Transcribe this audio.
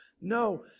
no